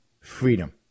freedom